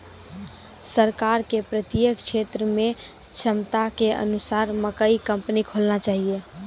सरकार के प्रत्येक क्षेत्र मे क्षमता के अनुसार मकई कंपनी खोलना चाहिए?